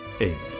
Amen